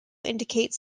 indicates